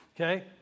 Okay